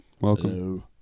Welcome